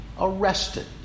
arrested